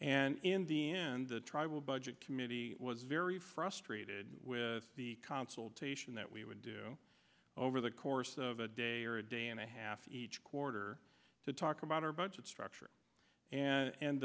and in the end the tribal budget committee was very frustrated with the consultation that we would do over the course of a day or a day and a half each quarter to talk about our budget structure and